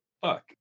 fuck